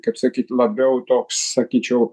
kaip sakyt labiau toks sakyčiau